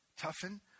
toughen